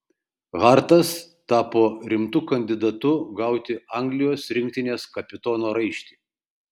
hartas tapo rimtu kandidatu gauti anglijos rinktinės kapitono raištį